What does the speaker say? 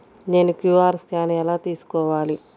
నేను QR scan ఎలా తీసుకోవాలి?